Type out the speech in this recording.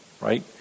right